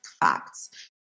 facts